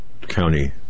county